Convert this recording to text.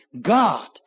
God